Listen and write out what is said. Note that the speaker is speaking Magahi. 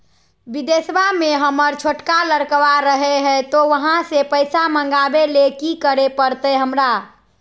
बिदेशवा में हमर छोटका लडकवा रहे हय तो वहाँ से पैसा मगाबे ले कि करे परते हमरा?